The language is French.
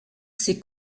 ses